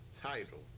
title